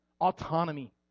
autonomy